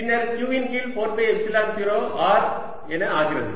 பின்னர் Q இன் கீழ் 4 பை எப்சிலன் 0 R என ஆகிறது